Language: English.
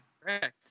correct